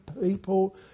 people